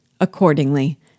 Accordingly